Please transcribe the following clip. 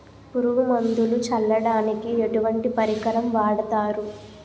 పురుగు మందులు చల్లడానికి ఎటువంటి పరికరం వాడతారు?